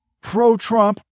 pro-Trump